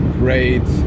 great